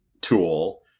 tool